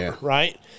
right